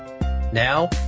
Now